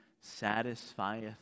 satisfieth